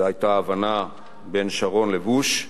זאת היתה ההבנה בין שרון לבוש,